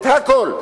את הכול,